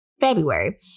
february